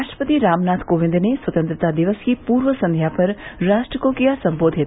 राष्ट्रपति रामनाथ कोविंद ने स्वतंत्रता दिवस की पूर्व संध्या पर राष्ट्र को किया सम्बोधित